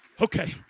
Okay